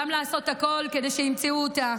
גם לעשות הכול כדי שימצאו אותה.